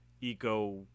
eco